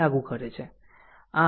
આમ તે